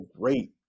great